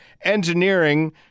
Engineering